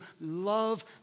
love